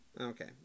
Okay